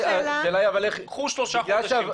קחו שלושה חודשים,